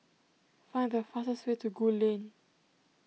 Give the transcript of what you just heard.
find the fastest way to Gul Lane